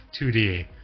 2D